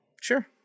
Sure